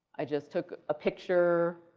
i just took a picture,